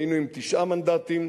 היינו עם תשעה מנדטים.